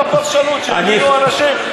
את הפרשנות, שיגידו אנשים.